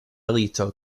lito